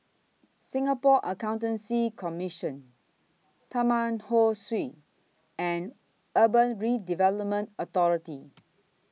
Singapore Accountancy Commission Taman Ho Swee and Urban Redevelopment Authority